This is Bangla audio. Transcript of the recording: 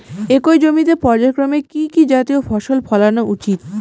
একই জমিতে পর্যায়ক্রমে কি কি জাতীয় ফসল ফলানো উচিৎ?